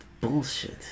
Bullshit